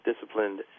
disciplined